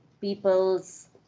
people's –